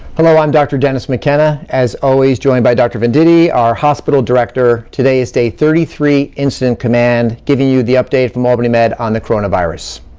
hello, i'm dr. dennis mckenna, as always, joined by dr. venditti, our hospital director. today is day thirty three incident command, giving you the update from albany med on the coronavirus.